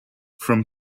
from